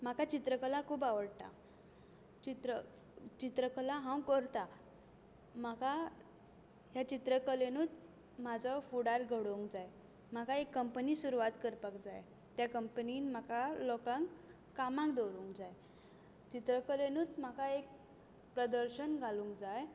म्हाका चित्रकला खूब आवडटा चित्र चित्रकला हांव करतां म्हाका ह्या चित्रकलेनूच म्हजो फुडार घडोवंक जाय म्हाका एक कंपनी सुरवात करूंक जाय त्या कंपनीन म्हाका लोकांक कामाक दवरूंक जाय चित्रकलेनूच म्हाका एक प्रदर्शन घालूंक जाय